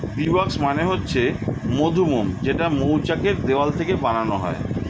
bee wax মানে হচ্ছে মধুমোম যেইটা মৌচাক এর দেওয়াল থেকে বানানো হয়